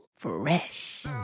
fresh